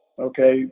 okay